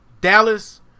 Dallas